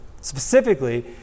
Specifically